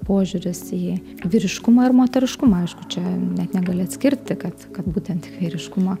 požiūris į vyriškumą ir moteriškumą aišku čia net negali atskirti kad kad būtent tik vyriškumą